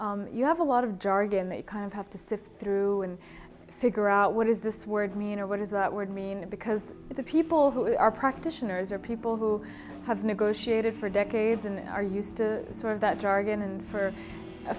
you have a lot of jargon they kind of have to sift through and figure out what does this word mean or what does that word mean because the people who are practitioners are people who have negotiated for decades and are used to sort of that jargon and for a